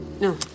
no